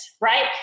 right